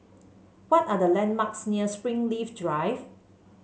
what are the landmarks near Springleaf Drive